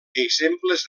exemples